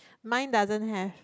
mine doesn't have